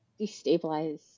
destabilize